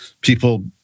people